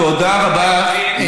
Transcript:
תודה רבה לכולכם.